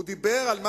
הוא דיבר על משהו אחר.